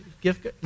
gift